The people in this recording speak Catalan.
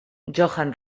johann